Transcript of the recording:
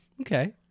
Okay